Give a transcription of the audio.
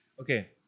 Okay